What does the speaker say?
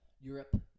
Europe